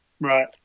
Right